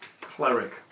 Cleric